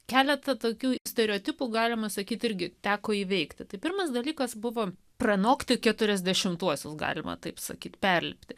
keletą tokių stereotipų galima sakyti irgi teko įveikti tai pirmas dalykas buvo pranokti keturiasdešimtuosius galima taip sakyti perlipti